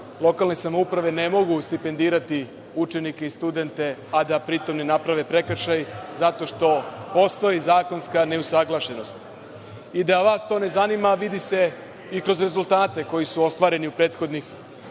lokalne samouprave ne mogu stipendirati učenike i studente, a da pri tom ne naprave prekršaj zato što postoji zakonska neusaglašenost. Da vas to ne zanima, vidi se i kroz rezultate koji su ostvareni u prethodnih pet